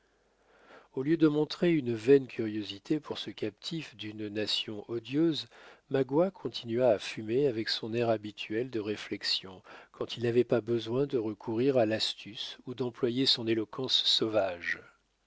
au lieu de montrer une vaine curiosité pour ce captif d'une nation odieuse magua continua à fumer avec son air habituel de réflexion quand il n'avait pas besoin de recourir à l'astuce ou d'employer son éloquence sauvage